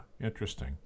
interesting